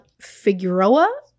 Figueroa